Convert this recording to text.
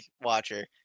watcher